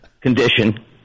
condition